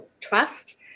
trust